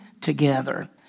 together